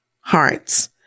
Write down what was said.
hearts